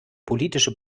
politische